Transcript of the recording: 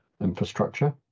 infrastructure